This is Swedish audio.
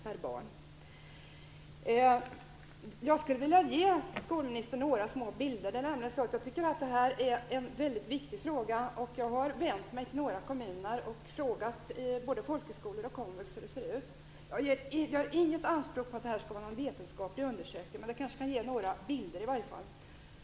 Jag skulle vilja ge skolministern några små bilder. Jag tycker nämligen att det här är en mycket viktig fråga, och jag har vänt mig till några kommuner och frågat både folkhögskolor och komvux hur det ser ut. Jag gör inget anspråk på att det här skall vara någon vetenskaplig undersökning, men det kanske kan ge några bilder.